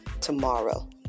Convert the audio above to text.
tomorrow